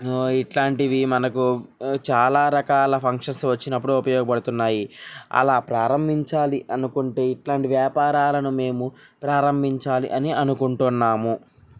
ఇట్లాంటివి మనకు చాలా రకాల ఫంక్షన్స్ వచ్చినప్పుడు ఉపయోగపడుతున్నాయి అలా ప్రారంభించాలి అనుకుంటే ఇట్లాంటి వ్యాపారాలను మేము ప్రారంభించాలి అని అనుకుంటున్నాము